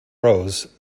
rows